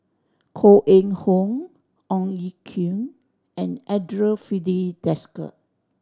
Koh Eng Hoon Ong Ye Kung and Andre Filipe Desker